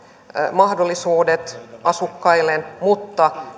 mahdollisuudet asukkailleen mutta